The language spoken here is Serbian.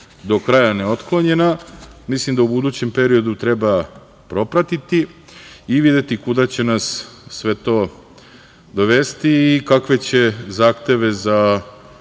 do kraja neotklonjena, mislim da u budućem periodu treba propratiti i videti kuda će nas sve to dovesti i kakve će zahteve za